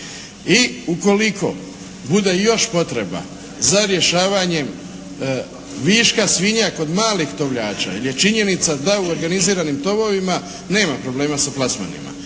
I ukoliko bude još potreba za rješavanjem viška svinja kod malih tovljača jer je činjenica da u organiziranim tovovima nema problema sa plasmanima